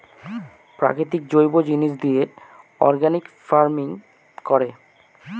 প্রাকৃতিক জৈব জিনিস দিয়ে অর্গানিক ফার্মিং করে